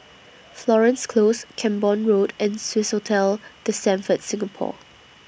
Florence Close Camborne Road and Swissotel The Stamford Singapore